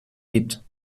gibt